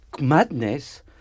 madness